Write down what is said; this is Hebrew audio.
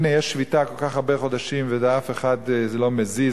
הנה יש שביתה כל כך הרבה חודשים ולאף אחד זה לא מזיז,